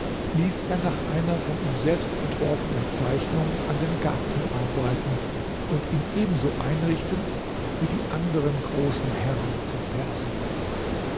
ließ er nach einer von ihm selbst entworfenen zeichnung an dem garten arbeiten und ihn ebenso einrichten wie die anderen großen herren von persien